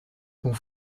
dont